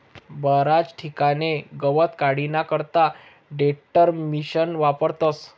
बराच ठिकाणे गवत काढानी करता टेडरमिशिन वापरतस